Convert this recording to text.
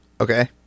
Okay